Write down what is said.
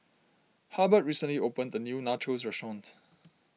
Hubbard recently opened a new Nachos restaurant